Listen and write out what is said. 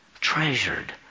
treasured